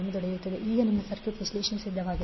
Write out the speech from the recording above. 1F1jωC j5 ಈಗ ನಿಮ್ಮ circuit ವಿಶ್ಲೇಷಣೆಗೆ ಸಿದ್ಧವಾಗಿದೆ